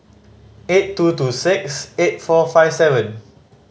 eight two two six eight four five seven